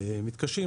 מתקשים.